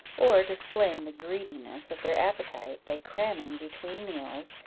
or displaying the greediness of their appetite, by cramming between meals,